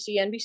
NBC